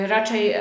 Raczej